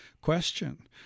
question